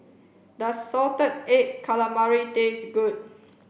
does salted egg calamari taste good